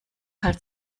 halt